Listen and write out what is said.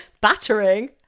Battering